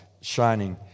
shining